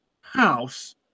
house